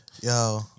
Yo